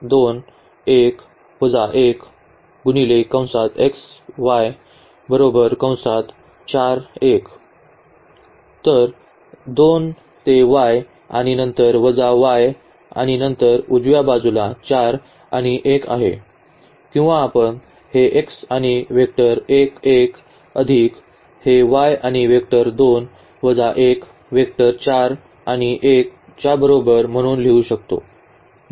तर 2 ते y आणि नंतर वजा y आणि नंतर उजव्या बाजूला 4 आणि 1 आहे किंवा आपण हे x आणि वेक्टर 1 1 अधिक हे y आणि वेक्टर 2 वजा 1 वेक्टर 4 आणि 1 च्या बरोबर म्हणून लिहू शकतो